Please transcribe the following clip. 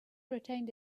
retained